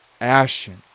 ashen